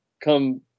come